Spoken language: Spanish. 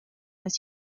las